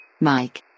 Mike